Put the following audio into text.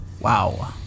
Wow